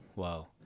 Wow